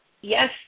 yes